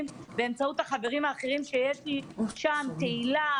באמצעות החברים האחרים שיש לי שם - תהלה,